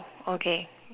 okay